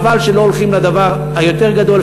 חבל שלא הולכים לדבר היותר גדול.